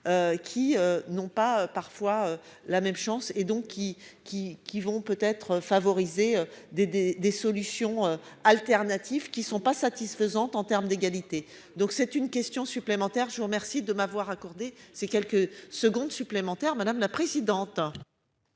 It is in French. Qui n'ont pas parfois la même chance et donc qui qui qui vont peut-être favoriser des des des solutions alternatives qui sont pas satisfaisantes en terme d'égalité, donc c'est une question supplémentaire. Je vous remercie de m'avoir accordé ces quelques secondes supplémentaires. Madame la présidente.